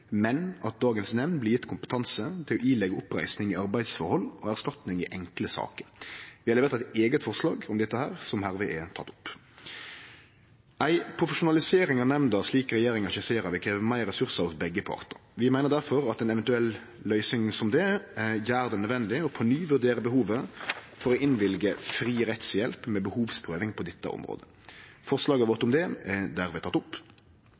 men at nemnda av i dag blir gjeven kompetanse til å gje pålegg om oppreisning i arbeidsforhold og erstatning i enkle saker. Vi har levert eit eige forslag om dette, som hermed er teke opp. Ei profesjonalisering av nemnda, slik regjeringa skisserer, vil krevje meir ressursar av begge partar. Vi meiner difor at ei eventuell løysing som det gjer det nødvendig på ny å vurdere behovet for å innvilge fri rettshjelp med behovsprøving på dette området. Forslaget vårt om det er dermed teke opp.